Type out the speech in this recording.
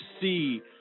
see